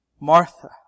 Martha